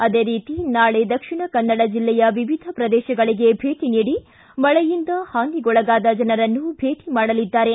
ಅದೇ ರೀತಿ ನಾಳೆ ದಕ್ಷಿಣ ಕನ್ನಡ ಜಿಲ್ಲೆಯ ವಿವಿಧ ಪ್ರದೇತಗಳಿಗೆ ಭೇಟ ನೀಡಿ ಮಳೆಯಿಂದ ಹಾನಿಗೊಳಗಾದ ಜನರನ್ನು ಭೇಟ ಮಾಡಲಿದ್ದಾರೆ